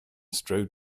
strode